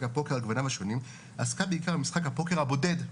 הפוקר על גווניו השונים עסקה בעיקר במשחק הפוקר הבודד,